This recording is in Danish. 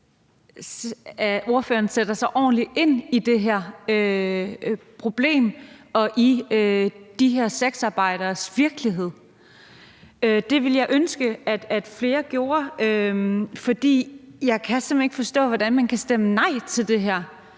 at ordføreren sætter sig ordentligt ind i det her problem og i de her sexarbejderes virkelighed. Det ville jeg ønske flere gjorde, for jeg kan simpelt hen ikke forstå, hvordan man kan stemme nej til det her